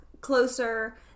closer